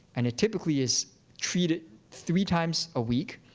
and it typically is treated three times a week,